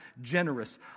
generous